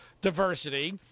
diversity